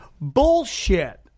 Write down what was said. bullshit